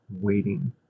waiting